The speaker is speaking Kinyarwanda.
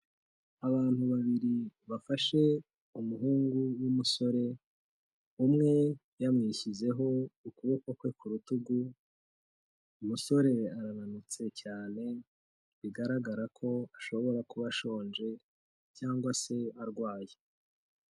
Abantu babiri bafashe umuhungu w'umusore umwe yamwishyizeho ukuboko kwe ku rutugu, umusore arananutse cyane bigaragara ko ashobora kuba ashonje cyangwa se arwaye.